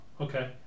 okay